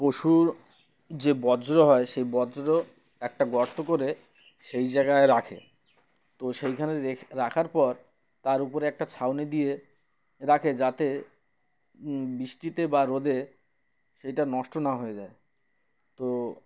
পশুর যে বর্জ হয় সেই বর্জ একটা গর্ত করে সেই জায়গায় রাখে তো সেইখানেে রাখার পর তার উপরে একটা ছাউনি দিয়ে রাখে যাতে বৃষ্টিতে বা রোদে সেইটা নষ্ট না হয়ে যায় তো